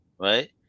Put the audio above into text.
right